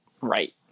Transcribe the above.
Right